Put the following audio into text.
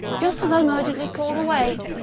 just as i'm urgently called away!